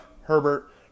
Herbert